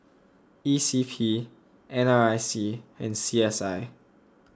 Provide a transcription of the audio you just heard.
E C P N R I C and C S I